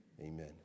Amen